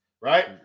right